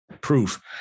proof